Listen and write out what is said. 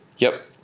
yep.